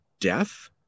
death